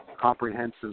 comprehensive